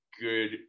good